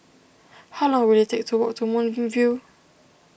how long will it take to walk to Moonbeam View